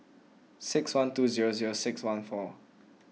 six one two zero zero six one four